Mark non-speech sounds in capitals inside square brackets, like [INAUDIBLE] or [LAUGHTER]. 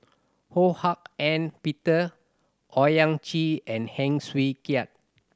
Ho Hak Ean Peter Owyang Chi and Heng Swee [UNINTELLIGIBLE]